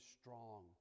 strong